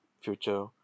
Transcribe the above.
future